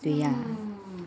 对呀